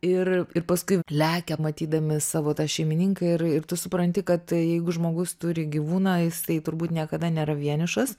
ir ir paskui lekia matydami savo tą šeimininką ir ir tu supranti kad jeigu žmogus turi gyvūną jisai turbūt niekada nėra vienišas